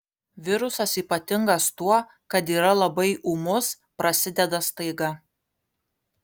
virusas ypatingas tuo kad yra labai ūmus prasideda staiga